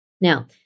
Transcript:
Now